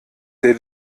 der